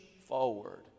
forward